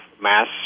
mass